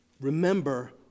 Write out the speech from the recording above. Remember